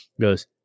goes